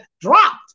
dropped